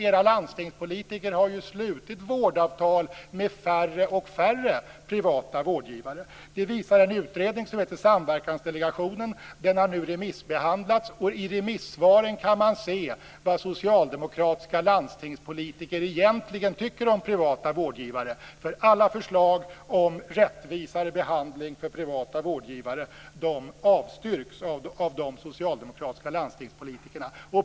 Era landstingspolitiker har ju slutit vårdavtal med färre och färre privata vårdgivare. Det visar en utredning som heter Samverkansdelegationen. Den har nu remissbehandlats, och i remissvaren kan man se vad socialdemokratiska landstingspolitiker egentligen tycker om privata vårdgivare. Alla förslag om rättvisare behandling för privata vårdgivare avstyrks av de socialdemokratiska landstingspolitikerna.